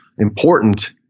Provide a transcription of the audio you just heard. Important